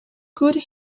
could